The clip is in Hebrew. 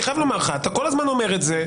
אני חייב לומר לך, אתה כל הזמן אומר את זה.